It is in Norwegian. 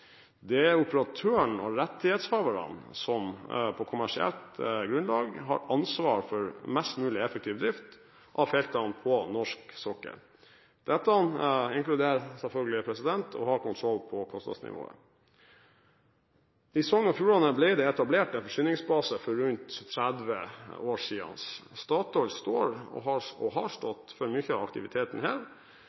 Det er operatøren og rettighetshaverne som på kommersielt grunnlag har ansvar for mest mulig effektiv drift av feltene på norsk sokkel. Dette inkluderer selvfølgelig å ha kontroll på kostnadsnivået. I Sogn og Fjordane ble det etablert en forsyningsbase for rundt 30 år siden. Statoil står og har stått for mye av aktiviteten her,